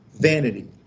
vanity